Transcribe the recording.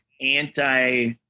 anti